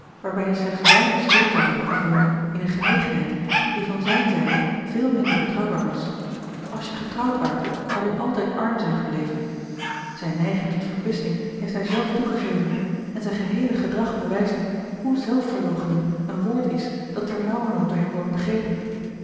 waarbij je slechts weinig steun zoudt hebben gevonden in eene genegenheid die van zijne zijde veel minder betrouwbaar was als je getrouwd waart zou je altijd arm zijn gebleven zijne neiging tot verkwisting heeft hij zelf toegegeven en zijn geheele gedrag bewijst hoe zelfverloochening een woord is dat ternauwernood door hem wordt begrepen